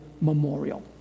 memorial